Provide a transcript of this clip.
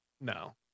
no